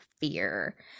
fear